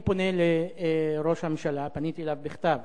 אני פונה לראש הממשלה, פניתי אליו בכתב,